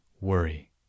worry